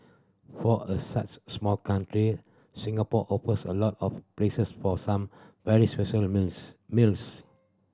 for a such small country Singapore offers a lot of places for some very special meals meals